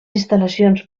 instal·lacions